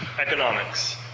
economics